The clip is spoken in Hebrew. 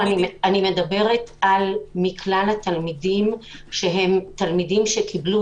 אני מדברת מכלל התלמידים שקיבלו